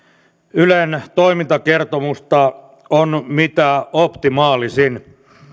ylen toimintakertomusta on mitä optimaalisin